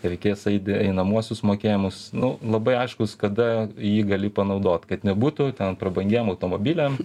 reikės eit einamuosius mokėjimus nu labai aiškūs kada jį gali panaudot kad nebūtų ten prabangiem automobiliam